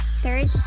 Third